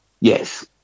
yes